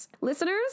listeners